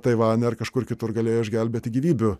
taivane ar kažkur kitur galėjo išgelbėti gyvybių